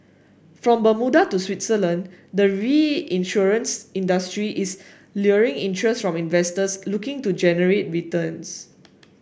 from Bermuda to Switzerland the reinsurance industry is luring interest from investors looking to generate returns